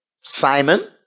Simon